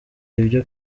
ivyo